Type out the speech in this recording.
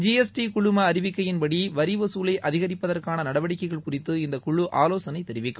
G S T குழம அறிவிக்கையின்படி வரி வசூலை அதிகரிப்பதற்காள நடவடிக்கைகள் குறித்து இந்தக்குழு ஆலோசனை தெரிவிக்கும்